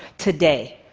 today,